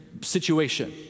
situation